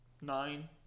Nine